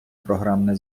програмне